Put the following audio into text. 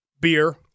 Beer